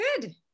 good